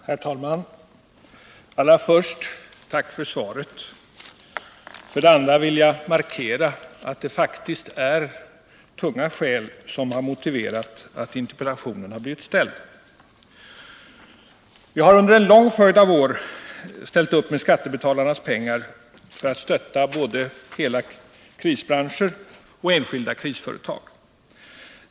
Herr talman! Låt mig allra först tacka för svaret. Sedan vill jag markera att det faktiskt är tunga skäl som har motiverat att interpellationen har blivit ställd. Vi har under en lång följd av år ställt upp med skattebetalarnas pengar för att stötta både hela krisbranscher och enskilda krisföretag.